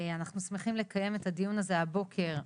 אנחנו שמחים לקיים את הדיון הזה הבוקר,